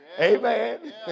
Amen